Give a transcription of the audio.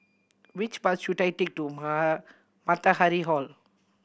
which bus should I take to Matahari Hall